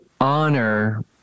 honor